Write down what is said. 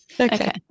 Okay